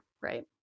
right